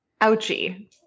Ouchie